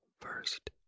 first